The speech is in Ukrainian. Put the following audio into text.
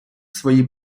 свої